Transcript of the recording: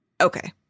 Okay